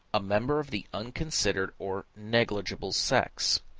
a member of the unconsidered, or negligible sex.